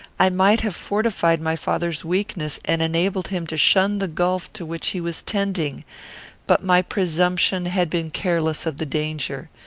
i might have fortified my father's weakness and enabled him to shun the gulf to which he was tending but my presumption had been careless of the danger.